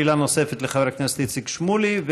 שאלה נוספת לחבר הכנסת איציק שמולי,